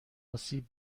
آسیب